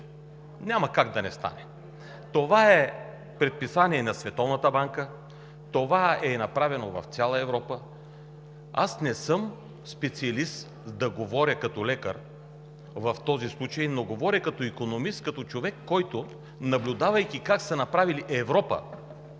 Няма как да не стане. Това е предписание на Световната банка. Това е направено в цяла Европа. Аз не съм специалист да говоря като лекар в този случай, но говоря като икономист, като човек, който, наблюдавайки как са направили в Европа